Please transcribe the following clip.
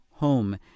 home